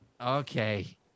Okay